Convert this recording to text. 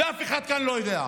ואף אחד כאן לא יודע,